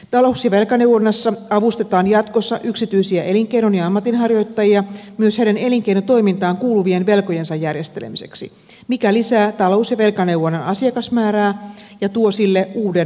talous ja velkaneuvonnassa avustetaan jatkossa yksityisiä elinkeinon ja ammatinharjoittajia myös heidän elinkeinotoimintaan kuuluvien velkojensa järjestelemiseksi mikä lisää talous ja velkaneuvonnan asiakasmäärää ja tuo sille uuden asiakasryhmän